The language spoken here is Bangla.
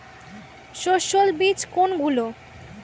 সস্যল বীজ কোনগুলো?